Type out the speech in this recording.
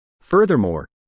Furthermore